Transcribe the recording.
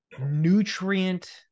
nutrient